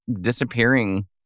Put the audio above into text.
disappearing